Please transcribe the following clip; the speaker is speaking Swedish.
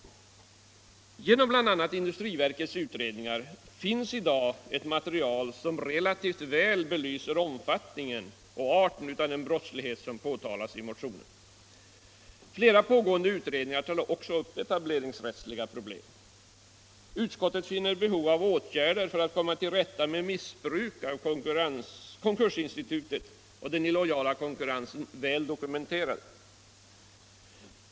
Genom bl.a. industriverkets utredning finns i dag ett material som relativt väl belyser omfattningen och arten av den brottslighet som påtalas i motionerna. Flera pågående utredningar tar också upp etableringsrättsliga problem. Utskottet finner behovet av åtgärder för att komma till rätta med missbruk av konkursinstitutet och med den illojala konkurrensen väl dokumenterat.